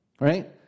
Right